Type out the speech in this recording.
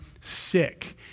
sick